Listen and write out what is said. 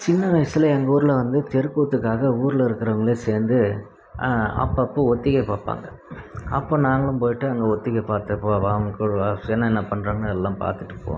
சின்ன வயசில் எங்கள் ஊரில் வந்து தெருக்கூத்துக்காக ஊரில் இருக்கிறவங்களே சேர்ந்து அப்பப்போ ஒத்திகை பார்ப்பாங்க அப்போ நாங்களும் போயிட்டு அங்கே ஒத்திகை போகலாம் கொள்ளலாம் என்னென்ன பண்ணுறாங்கனு எல்லாம் பார்த்துட்டு போவோம்